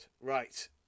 Right